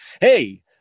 Hey